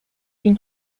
been